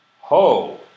Ho